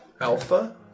Alpha